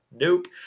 nope